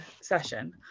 session